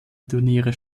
turniere